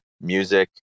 music